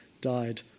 died